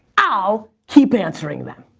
i'll keep answering them.